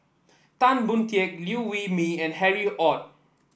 Tan Boon Teik Liew Wee Mee and Harry Ord